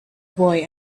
boy